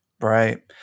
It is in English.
Right